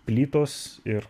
plytos ir